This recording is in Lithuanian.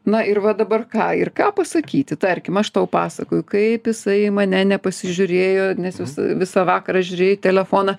na ir va dabar ką ir ką pasakyti tarkim aš tau pasakoju kaip jisai mane nepasižiūrėjo nes jis visą vakarą žiūrėjo į telefoną